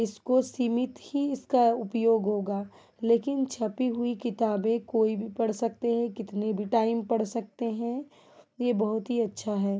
इसको सीमित ही इसका उपयोग होगा लेकिन छपी हुई किताबें कोई भी पढ़ सकते है कितने भी टाइम पढ़ सकते हैं यह बहुत ही अच्छा है